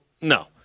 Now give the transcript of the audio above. no